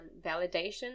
validation